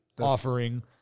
offering